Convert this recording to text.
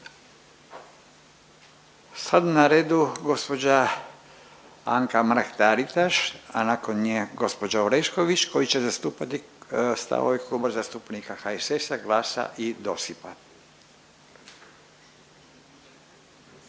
Sad je na redu gospođa Anka Mrak-TAritaš, a nakon nje gospođa Orešković koji će zastupati stavove Kluba zastupnika HSS-a, GLAS-a i DOSIP-a.